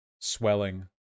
swelling